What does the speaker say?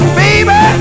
baby